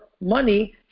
money